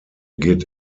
geht